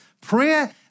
Prayer